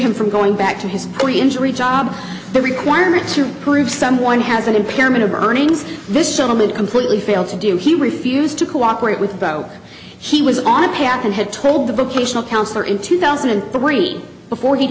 him from going back to his pre injury job the requirement to prove someone has an impairment of earnings this settlement completely failed to do he refused to cooperate with bo he was on a path and had told the vocational counselor in two thousand and three before he